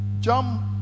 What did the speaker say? jump